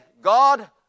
God